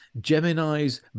Gemini's